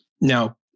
Now